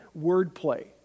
wordplay